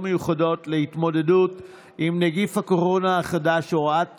מיוחדות להתמודדות עם נגיף הקורונה החדש (הוראת שעה),